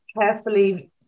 carefully